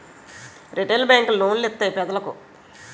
retail బేంకులు loan లిత్తాయి పెజలకు